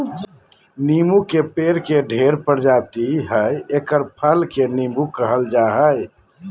नीबू के पेड़ के ढेर प्रजाति हइ एकर फल के नीबू कहल जा हइ